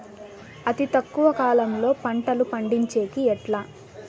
అతి తక్కువ కాలంలో పంటలు పండించేకి ఎట్లా?